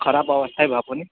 खराब अवस्थै भए पनि